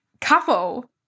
couple